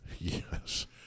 Yes